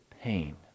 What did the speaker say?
pain